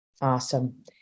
Awesome